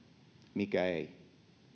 mikä ei